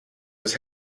was